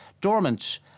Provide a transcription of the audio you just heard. dormant